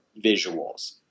visuals